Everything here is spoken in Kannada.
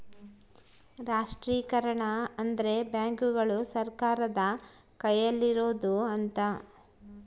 ರಾಷ್ಟ್ರೀಕರಣ ಅಂದ್ರೆ ಬ್ಯಾಂಕುಗಳು ಸರ್ಕಾರದ ಕೈಯಲ್ಲಿರೋಡು ಅಂತ